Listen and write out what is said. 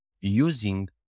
Using